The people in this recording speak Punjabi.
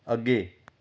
ਅੱਗੇ